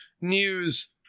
news